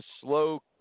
slow